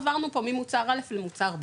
עברנו פה ממוצר א' למוצר ב',